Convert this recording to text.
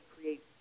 create